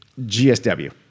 GSW